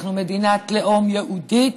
אנחנו מדינת לאום יהודית,